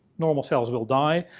normal cells will die.